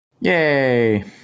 Yay